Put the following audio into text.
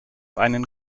einen